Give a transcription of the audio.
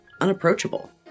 unapproachable